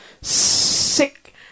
sick